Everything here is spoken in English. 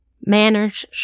Manners